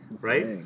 Right